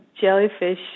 jellyfish